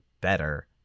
better